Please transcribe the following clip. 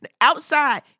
outside